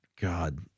God